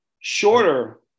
shorter